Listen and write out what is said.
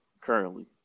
currently